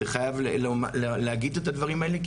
חייב להגיד את הדברים האלה.